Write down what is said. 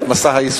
או שכל ההליכים